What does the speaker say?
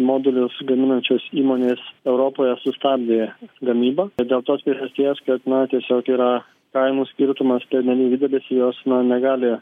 modulius gaminančios įmonės europoje sustabdė gamybą dėl tos priežasties kad na tiesiog yra kainų skirtumas pernelyg didelis ir jos na negali